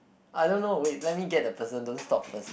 I don't know it let me get the person don't stop first